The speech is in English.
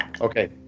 Okay